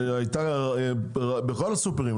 ובכל הסופרים,